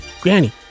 Granny